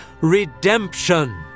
redemption